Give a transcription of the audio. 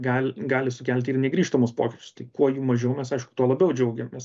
gal gali sukelti ir negrįžtamus pokyčius tai kuo jų mažiau mes aišku tuo labiau džiaugiamės